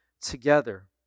together